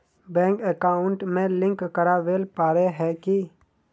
Bank account में link करावेल पारे है की?